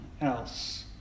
else